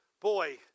boy